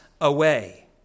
away